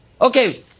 Okay